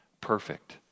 perfect